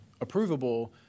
approvable